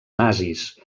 nazis